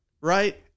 Right